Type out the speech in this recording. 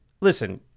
listen